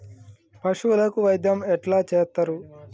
పశువులకు వైద్యం ఎట్లా చేత్తరు?